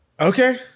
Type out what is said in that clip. Okay